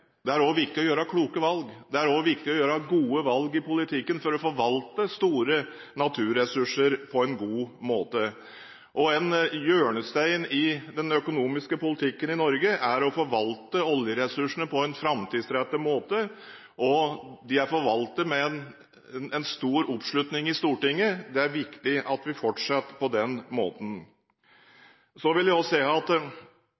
Det er også viktig å gjøre kloke valg, det er også viktig å gjøre gode valg i politikken for å forvalte store naturressurser på en god måte. En hjørnestein i den økonomiske politikken i Norge er å forvalte oljeressursene på en framtidsrettet måte. De er forvaltet med stor oppslutning i Stortinget. Det er viktig at vi fortsetter på den